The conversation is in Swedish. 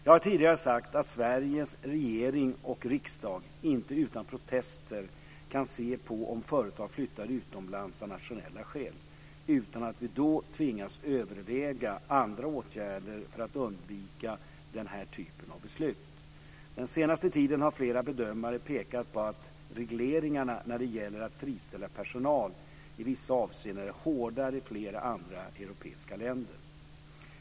Jag har tidigare sagt att Sveriges regering och riksdag inte utan protester kan se på om företag flyttar utomlands av nationella skäl, utan att vi då tvingas överväga andra åtgärder för att undvika den här typen av beslut. Den senaste tiden har flera bedömare pekat på att regleringarna när det gäller att friställa personal i vissa avseenden är hårdare i flera andra europeiska länder.